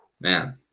man